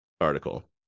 article